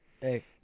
Hey